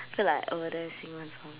I feel like over there sing one song